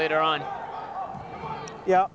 later on yeah